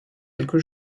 quelques